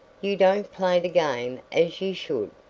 you don't play the game as you should.